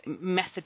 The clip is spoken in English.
method